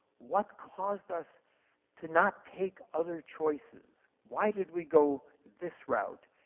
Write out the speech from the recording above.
what caused us to not take other choices? why did we go this route?